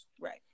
Right